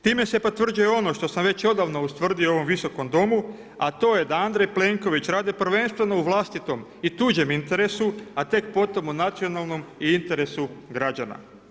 Time se potvrđuje ono što sam već odavno ustvrdio u ovom Visokom domu a to je da Andrej Plenković radi prvenstveno u vlastitom i tuđem interesu a tek potom u nacionalnom i interesu građana.